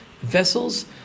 vessels